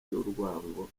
y’urwango